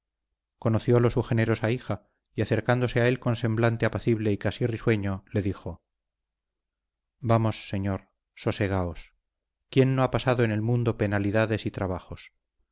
obra conociólo su generosa hija y acercándose a él con semblante apacible y casi risueño le dijo vamos señor sosegaos quién no ha pasado en el mundo penalidades y trabajos